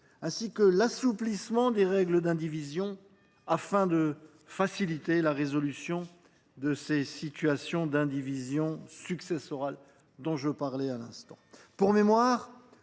ainsi que l’assouplissement des règles d’indivision afin de faciliter la résolution des situations d’indivision successorale. Pour mémoire, l’article